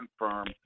confirm